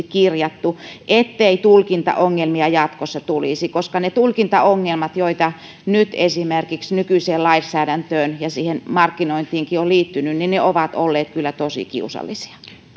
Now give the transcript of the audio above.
kirjattuja ettei tulkintaongelmia jatkossa tulisi koska ne tulkintaongelmat joita nyt esimerkiksi nykyiseen lainsäädäntöön ja markkinointiinkin on liittynyt ovat olleet kyllä tosi kiusallisia